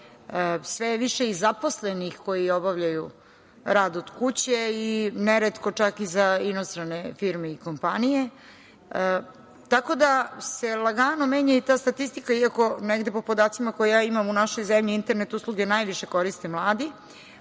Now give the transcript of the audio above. je više i zaposlenih koji obavljaju rad od kuće i neretko čak i za inostrane firme i kompanije, tako da se lagano menja i ta statistika iako negde po podacima koje ja imam u našoj zemlji, internet usluge se najviše koriste mladi,